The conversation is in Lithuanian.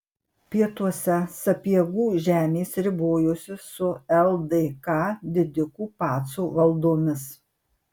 pietuose sapiegų žemės ribojosi su ldk didikų pacų valdomis